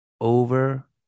over